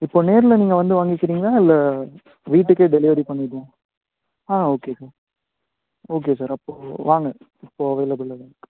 இப்போது நேரில் நீங்கள் வந்து வாங்கிக்கிறீங்களா இல்லை வீட்டுக்கே டெலிவரி பண்ணிடுவோம் ஆ ஓகே சார் ஓகே சார் அப்போது வாங்க இப்போது அவைலபிளில் தான் இருக்குது